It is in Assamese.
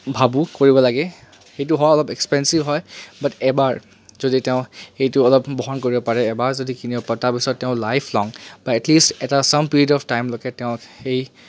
ভাবো কৰিব লাগে সেইটো হয় অলপ এক্সপেঞ্চিভ হয় বাট এবাৰ যদি তেওঁ সেইটো অলপ বহন কৰিব পাৰে এবাৰ যদি কিনিব পাৰে তাৰপিছত তেওঁ লাইফ লং বা এটলিষ্ট এটা ছাম পিৰিয়ড অফ টাইমলৈকে তেওঁ সেই